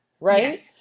right